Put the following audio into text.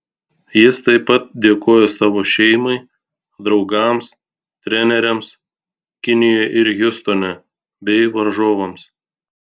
jis taip pat dėkojo savo šeimai draugams treneriams kinijoje ir hjustone bei varžovams